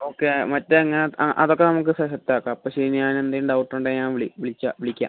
okay മറ്റേത് ആ അതൊക്കെ നമുക്ക് സെറ്റ് ആക്കാം അപ്പോൾ ശരി ഞാൻ എന്തേലും ഡൗട്ടുണ്ടേൽ ഞാൻ വിളി വിളിക്കാം വിളിക്കാം